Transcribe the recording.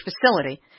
facility